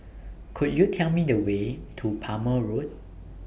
Could YOU Tell Me The Way to Palmer Road